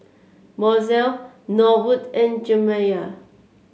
Mozell Norwood and Jeremiah